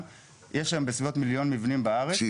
יש היום בסביבות מיליון מבני מגורים בארץ,